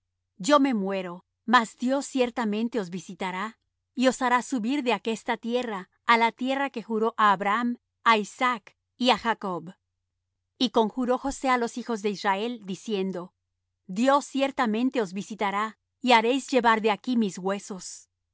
yo me muero mas dios ciertamente os visitará y os hará subir de aquesta tierra á la tierra que juró á abraham á isaac y á jacob y conjuró josé á los hijos de israel diciendo dios ciertamente os visitará y haréis llevar de aquí mis huesos